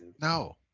No